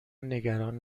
نگران